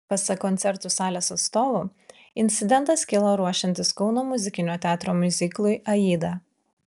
pasak koncertų salės atstovų incidentas kilo ruošiantis kauno muzikinio teatro miuziklui aida